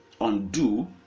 undo